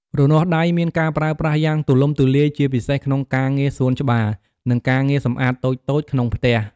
រនាស់ដៃមានការប្រើប្រាស់យ៉ាងទូលំទូលាយ ជាពិសេសក្នុងការងារសួនច្បារ និងការងារសម្អាតតូចៗក្នុងផ្ទះ។